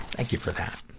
thank you for that.